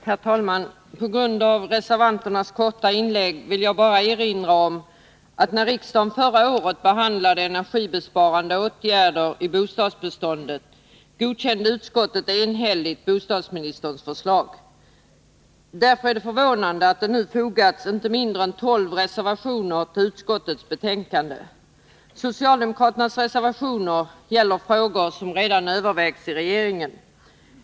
Herr talman! På grund av reservanternas korta inlägg vill jag bara erinra om att det, när riksdagen förra året behandlade förslagen till energibesparande åtgärder i bostadsbeståndet, var det ett enhälligt utskott som godkände bostadsministerns förslag. Därför är det förvånande att det nu fogas inte mindre än tolv reservationer till utskottets betänkande. Socialdemokraternas reservationer gäller frågor som redan övervägts i regeringen.